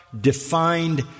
defined